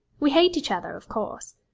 we hate each other, of course.